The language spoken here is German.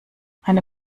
eine